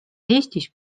eestis